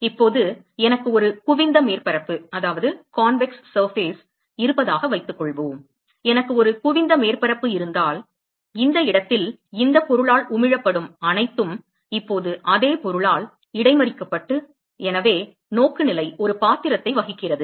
இப்போது எனக்கு ஒரு குவிந்த மேற்பரப்பு இருப்பதாக வைத்துக்கொள்வோம் எனக்கு ஒரு குவிந்த மேற்பரப்பு இருந்தால் இந்த இடத்தில் இந்த பொருளால் உமிழப்படும் அனைத்தும் இப்போது அதே பொருளால் இடைமறிக்கப்படும் எனவே நோக்குநிலை ஒரு பாத்திரத்தை வகிக்கிறது